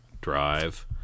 drive